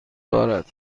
دارد